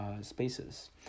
spaces